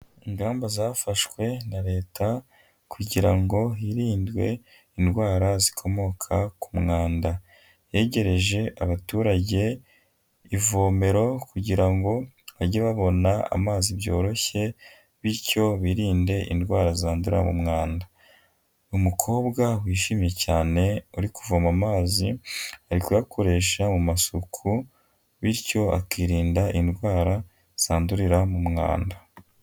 Ingamba zafashwe na Leta kugira ngo hirindwe indwara zikomoka ku mwanda. Yegereje abaturage ivomero kugira ngo bajye babona amazi byoroshye bityo birinde indwara zandurira mu mwanda. Umukobwa wishimye cyane uri kuvoma amazi ari kuyakoresha mu masuku bityo akirinda indwara zandurira mu mwanda.